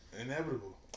Inevitable